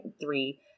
Three